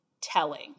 telling